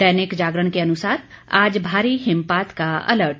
दैनिक जागरण के अनुसार आज भारी हिमपात का अलर्ट